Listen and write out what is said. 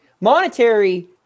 monetary